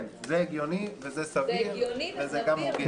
כן, זה הגיוני וזה סביר וזה גם הוגן.